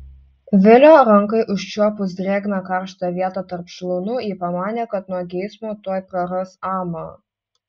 vilio rankai užčiuopus drėgną karštą vietą tarp šlaunų ji pamanė kad nuo geismo tuoj praras amą